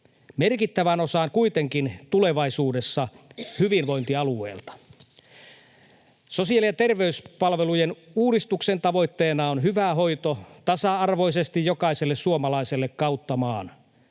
merkittävään osaan kuitenkin tulevaisuudessa hyvinvointialueelta. Sosiaali- ja terveyspalvelujen uudistuksen tavoitteena on hyvä hoito tasa-arvoisesti jokaiselle suomalaiselle kautta maan.